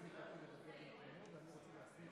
כן, אנחנו נתחיל,